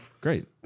great